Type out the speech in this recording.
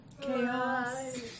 Chaos